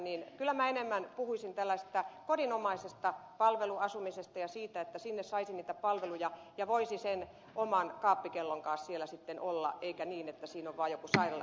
kyllä minä enemmän puhuisin tällaisesta kodinomaisesta palveluasumisesta ja siitä että sinne saisi niitä palveluja ja voisi sen oman kaappikellon kanssa siellä sitten olla eikä niin että siinä on vaan joku sairaalasänky